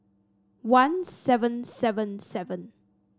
one seven seven seven